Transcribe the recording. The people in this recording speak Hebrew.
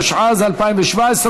התשע"ז 2017,